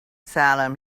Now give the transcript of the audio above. salem